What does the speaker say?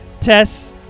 Tess